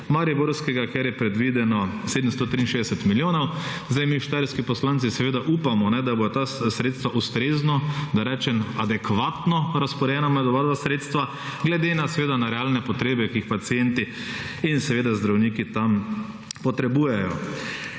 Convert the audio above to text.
mariborskega, kjer je predvideno 763 milijonov. Zdaj mi štajerski poslanci seveda upamo, da bodo ta sredstva ustrezno, da rečem adekvatno razporejena med oba dva, sredstva, glede na seveda realne potrebe, ki jih pacienti in seveda zdravniki tam potrebujejo.